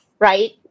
Right